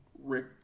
Rick